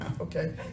Okay